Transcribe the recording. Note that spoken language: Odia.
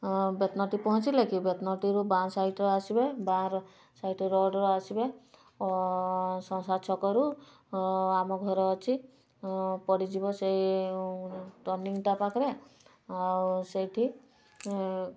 ବେତନଟି ପହଞ୍ଚିଲେ କି ବେତନଟିରୁ ବାମ ସାଇଡ଼୍ରେ ଆସିବେ ବାମରେ ସାଇଡ଼୍ ରୋଡ଼୍ରେ ଆସିବେ ସଂସାର ଛକରୁ ଆମ ଘର ଅଛି ପଡ଼ିଯିବ ସେଇ ଟରନିଙ୍ଗଟା ପାଖରେ ଆଉ ସେଇଠି